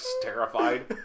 terrified